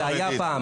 זה היה פעם,